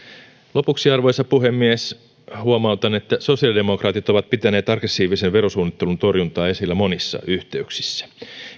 lopuksi arvoisa puhemies huomautan että sosiaalidemokraatit ovat pitäneet aggressiivisen verosuunnittelun torjuntaa esillä monissa yhteyksissä